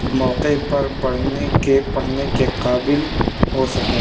موقعے پر پڑھنے کے پڑھنے کے قابل ہو سکیں